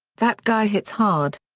that guy hits hard.